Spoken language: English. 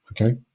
Okay